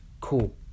cool